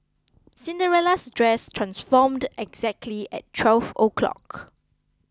Cinderella's dress transformed exactly at twelve o'clock